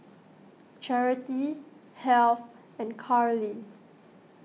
Charity Heath and Carley